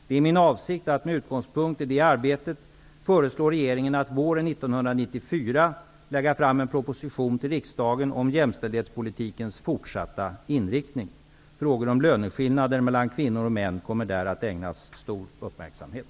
Det är min avsikt att med utgångspunkt i detta arbete föreslå regeringen att våren 1994 lägga fram en proposition till riksdagen om jämställdhetspolitikens fortsatta inriktning. Frågor om löneskillnader mellan kvinnor och män kommer där att ägnas stor uppmärksamhet.